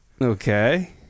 Okay